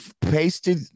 pasted